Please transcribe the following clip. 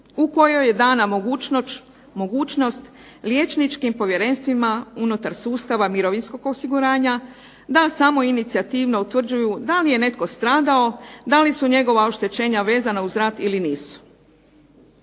u kojoj je dana mogućnost liječničkim povjerenstvima unutar sustava Mirovinskog osiguranja da samoinicijativno utvrđuju da li je netko stradao, da li su njegova oštećenja vezana uz rat ili nisu.